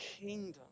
kingdom